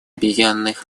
объединенных